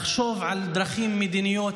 לחשוב על דרכים מדיניות,